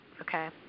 Okay